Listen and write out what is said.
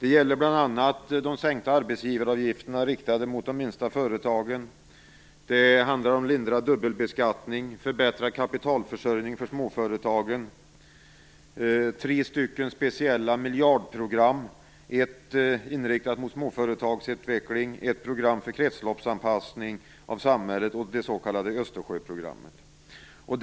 Det gäller bl.a. de sänkta arbetsgivaravgifterna riktade mot de minsta företagen, den lindrade dubbelbeskattningen, den förbättrade kapitalförsörjningen för småföretagen och tre speciella miljardprogram varav ett program inriktat mot småföretagsutveckling, ett program för kretsloppsanpassning av samhället och det s.k. Östersjöprogrammet.